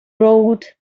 road